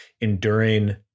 enduring